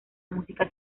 música